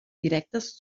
directes